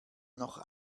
noch